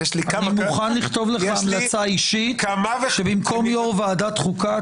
אני מוכן לכתוב לך המלצה אישית שבמקום יושב-ראש ועדת חוקה,